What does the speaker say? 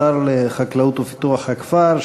שר החקלאות ופיתוח הכפר,